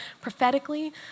prophetically